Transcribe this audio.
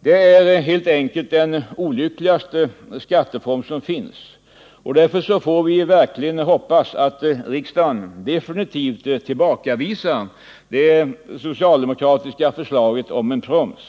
Detta är helt enkelt den olyckligaste skatteform som finns. Vi får därför verkligen hoppas att riksdagen definitivt tillbakavisar det socialdemokratiska förslaget om en proms.